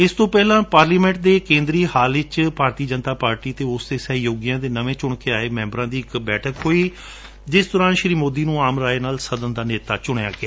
ਇਸਤੋਂ ਪਹਿਲਾਂ ਪਾਰਲਿਮੋਂਟ ਵਿੱਚ ਕੇਂਦਰੀ ਹਾਲ ਵਿੱਚ ਬੀਜੇਪੀ ਅਤੇ ਉਸਦੇ ਸਹਿਯੋਗੀਆਂ ਦੇ ਨਵੇਂ ਚੂਣ ਕੇ ਆਏ ਸੈਂਬਰਾਂ ਦੀ ਇੱਕ ਬੈਠਕ ਹੋਈ ਜਿਸ ਦੌਰਾਨ ਸ਼੍ਰੀ ਮੋਦੀ ਨੂੰ ਆਮ ਰਾਏ ਨਾਲ ਸਦਨ ਦਾ ਨੇਤਾ ਚੁਣਿਆ ਗਿਆ